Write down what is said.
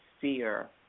fear